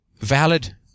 Valid